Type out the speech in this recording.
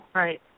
right